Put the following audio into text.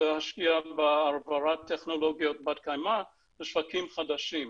להשקיע בהעברת טכנולוגיות בנות קיימא לשווקים חדשים.